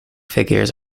figures